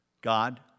God